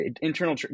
internal